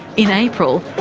in april,